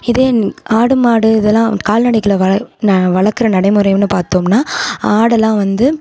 இதே ஆடு மாடு இதெல்லாம் கால்நடைகளை வள ந வளர்க்குற நடைமுறைன்னு பார்த்தோம்னா ஆடெல்லாம் வந்து